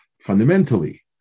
fundamentally